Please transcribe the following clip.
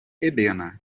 ebena